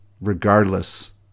regardless